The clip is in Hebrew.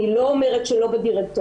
אני לא אומרת שלא בדירקטוריון,